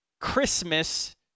Christmas